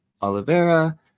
Oliveira